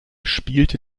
spielt